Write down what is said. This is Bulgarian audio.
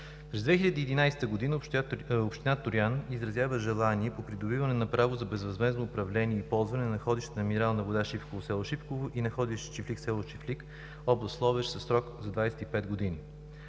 През 2011 г. община Троян изразява желание по придобиване на право за безвъзмездно управление и ползване на находища на минерална вода „Шипково“, с. Шипково и находище „Чифлик“, село Чифлик - област Ловеч, със срок за 25 години.